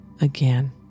Again